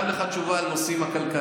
אני חייב לך תשובה על הנושאים הכלכליים,